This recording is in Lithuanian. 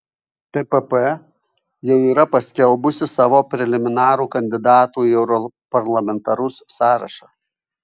tpp jau yra paskelbusi savo preliminarų kandidatų į europarlamentarus sąrašą